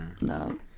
No